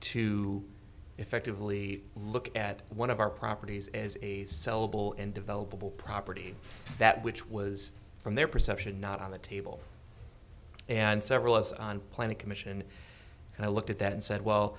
to effectively look at one of our properties as a sellable in developable property that which was from their perception not on the table and several us on planning commission and i looked at that and said well